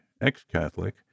ex-Catholic